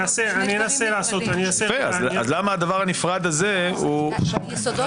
אנסה לעשות --- אז למה הדבר הנפרד הזה הוא --- היסודות